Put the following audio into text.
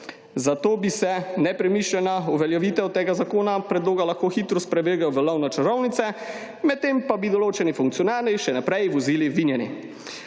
Zato bi se nepremišljena uveljavitev tega zakona predloga lahko hitro sprevrgel(?) v lov na čarovnice, medtem pa bi določeni funkcionarji še naprej vozili vinjeni.